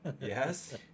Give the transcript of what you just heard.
Yes